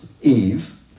Eve